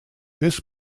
this